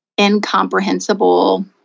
incomprehensible